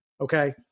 okay